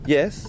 Yes